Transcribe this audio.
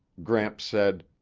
gramps said,